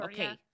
Okay